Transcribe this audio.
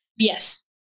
Yes